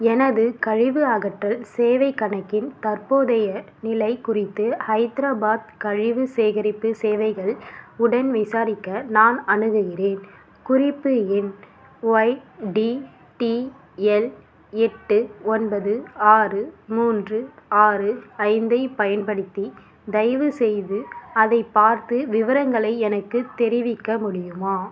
எனது கழிவு அகற்றல் சேவைக் கணக்கின் தற்போதைய நிலை குறித்து ஹைதராபாத் கழிவு சேகரிப்பு சேவைகள் உடன் விசாரிக்க நான் அணுகுகிறேன் குறிப்பு எண் ஒய்டிடிஎல் எட்டு ஒன்பது ஆறு மூன்று ஆறு ஐந்தைப் பயன்படுத்தி தயவுசெய்து அதைப் பார்த்து விவரங்களை எனக்குத் தெரிவிக்க முடியுமா